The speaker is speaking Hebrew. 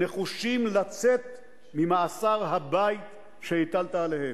נחושים לצאת ממאסר הבית שהטלת עליהם.